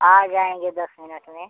आ जाएँगे दस मिनट में